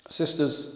sisters